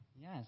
Yes